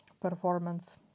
performance